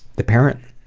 the parent,